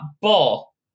ball